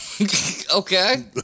Okay